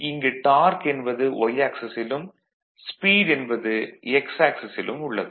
இங்கு டார்க் என்பது Y axis லும் ஸ்பீட் என்பது எக்ஸ் ஆக்ஸிஸ் லும் உள்ளது